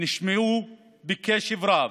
נשמעו בקשב רב,